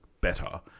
better